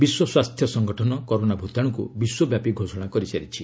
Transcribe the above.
ବିଶ୍ୱ ସ୍ୱାସ୍ଥ୍ୟ ସଙ୍ଗଠନ କରୋନା ଭୂତାଣୁକୁ ବିଶ୍ୱବ୍ୟାପୀ ଘୋଷଣା କରିସାରିଛି